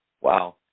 Wow